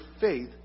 faith